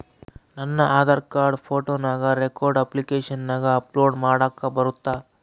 ನನ್ನ ಆಧಾರ್ ಕಾರ್ಡ್ ಫೋಟೋನ ಡೈರೆಕ್ಟ್ ಅಪ್ಲಿಕೇಶನಗ ಅಪ್ಲೋಡ್ ಮಾಡಾಕ ಬರುತ್ತಾ?